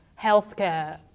healthcare